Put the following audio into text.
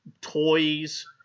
toys